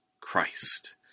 Christ